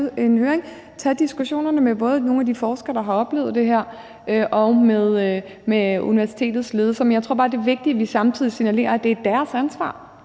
tage diskussionerne, både med nogle af de forskere, der har oplevet det her, og med universitetets ledelse. Jeg tror bare, det er vigtigt, at vi samtidig signalerer, at det er deres ansvar.